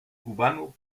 cubano